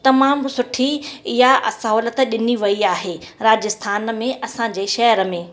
तमामु सुठी इहा अ सहूलियत ॾिनी वई आहे राजस्थान में असां जे शहर में